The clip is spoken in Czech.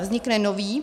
Vznikne nový?